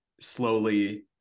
slowly